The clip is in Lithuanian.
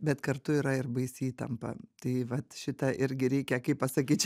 bet kartu yra ir baisi įtampa tai vat šitą irgi reikia kaip pasakyt